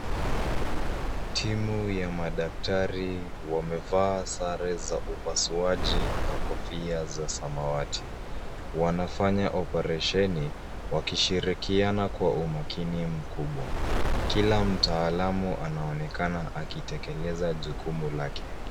Timu ya madaktari wamevaa sare za upasuaji na kofia za samawati. Wanafanya operesheni wakishirikiana kwa umakini mkubwa. Kila mtaalamu anaonekana akitekeleza jukumu lake.